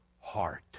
heart